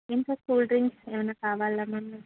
ఇంకా cool drinks ఏమన్న కావాలా మ్యామ్ మీకు